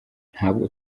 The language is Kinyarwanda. ntabwo